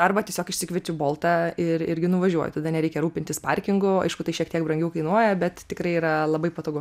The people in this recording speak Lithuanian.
arba tiesiog išsikviečiu boltą ir irgi nuvažiuoju tada nereikia rūpintis parkingu aišku tai šiek tiek brangiau kainuoja bet tikrai yra labai patogu